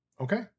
Okay